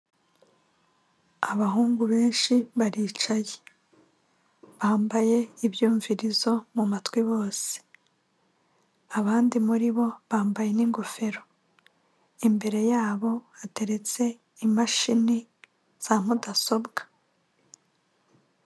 Abahungu benshi baricaye. Bambaye ibyumvirizo mu matwi bose. Abandi muri bo bambaye n'ingofero, imbere yabo hateretse imashini za mudasobwa.